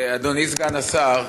אדוני סגן השר,